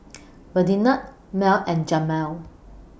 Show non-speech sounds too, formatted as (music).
(noise) Ferdinand Mell and Jamal